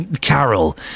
Carol